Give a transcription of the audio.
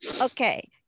Okay